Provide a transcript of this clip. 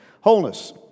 Wholeness